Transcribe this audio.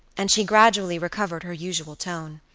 and she gradually recovered her usual tone,